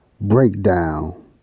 breakdown